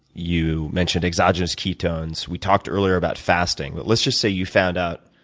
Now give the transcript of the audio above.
you mentioned exogenous ketones. we talked earlier about fasting. but let's just say you found out,